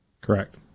Correct